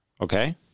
Okay